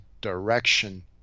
direction